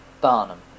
barnum